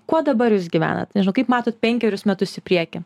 kuo dabar jūs gyvenat kaip matot penkerius metus į priekį